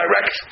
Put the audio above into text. direct